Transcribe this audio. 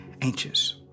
anxious